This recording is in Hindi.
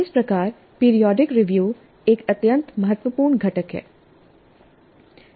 इस प्रकार पीरियाडिक रिव्यू एक अत्यंत महत्वपूर्ण घटक है